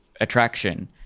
attraction